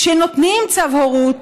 כשנותנים צו הורות,